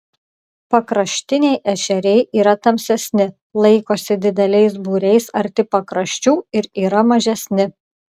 pakraštiniai ešeriai yra tamsesni laikosi dideliais būriais arti pakraščių ir yra mažesni